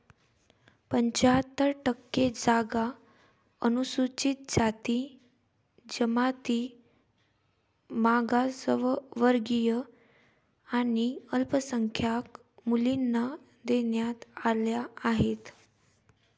पंच्याहत्तर टक्के जागा अनुसूचित जाती, जमाती, मागासवर्गीय आणि अल्पसंख्याक मुलींना देण्यात आल्या आहेत